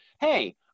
hey